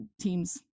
team's